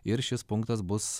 ir šis punktas bus